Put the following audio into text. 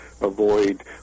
avoid